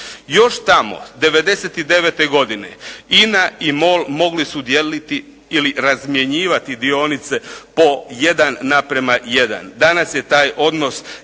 Još tamo '99. godine INA i MOL mogli su dijeliti ili razmjenjivati dionice po 1:1. Danas je taj odnos